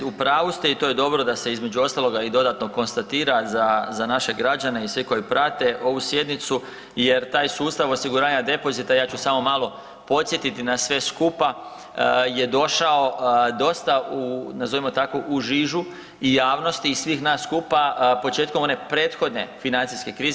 U pravu ste i to je dobro da se između ostaloga i dodatno konstatira za naše građane i sve koji prate ovu sjednicu jer taj sustav osiguranja depozita, ja ću samo malo podsjetiti nas sve skupa je došao dosta u nazovimo tako u žižu i javnosti i svih nas skupa početkom one prethodne financijske krize.